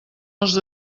els